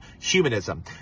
humanism